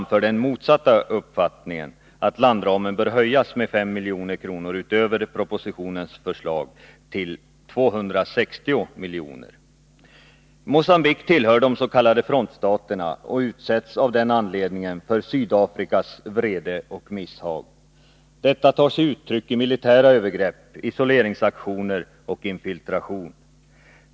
Mocambique tillhör de s.k. frontstaterna och utsätts av den anledningen för Sydafrikas vrede och misshag. Detta tar sig uttryck i militära övergrepp, isoleringsaktioner och infiltration.